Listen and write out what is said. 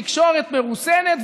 תקשורת מרוסנת".